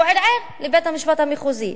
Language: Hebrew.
הוא ערער לבית-המשפט המחוזי.